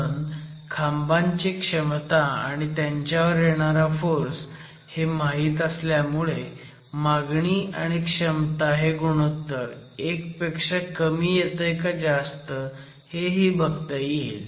म्हणून खांबांची क्षमता आणि त्यांच्यावर येणारा फोर्स हे माहीत असल्यामुळे मागणी आणि क्षमता हे गुणोत्तर 1 पेक्षा कमी येतंय का जास्त हेही बघता येईल